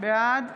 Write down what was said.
בעד